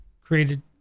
created